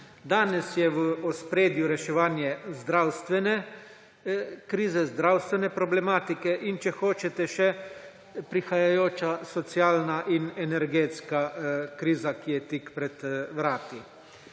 Danes je v ospredju reševanje zdravstvene krize, zdravstvene problematike in, če hočete, še prihajajoča socialna in energetska kriza, ki je tik pred vrati.